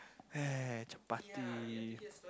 chapati